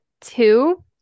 two